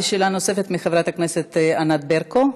שאלה נוספת, חברת הכנסת ענת ברקו.